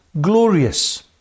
glorious